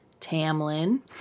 Tamlin